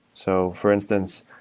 so for instance,